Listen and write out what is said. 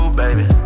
baby